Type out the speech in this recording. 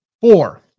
Four